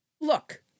Look